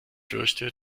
fürchte